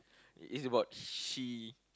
it's about she